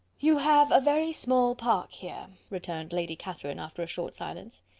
you have a very small park here, returned lady catherine after a short silence.